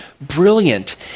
brilliant